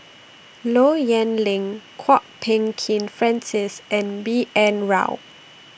Low Yen Ling Kwok Peng Kin Francis and B N Rao